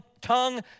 tongue